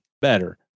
better